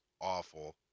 awful